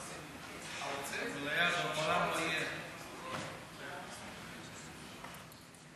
ההצעה לכלול את הנושא בסדר-היום של הכנסת נתקבלה.